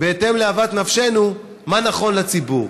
כאוות נפשנו מה נכון לציבור.